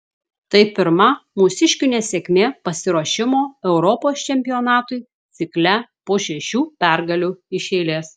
tai pirma mūsiškių nesėkmė pasiruošimo europos čempionatui cikle po šešių pergalių iš eilės